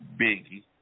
Biggie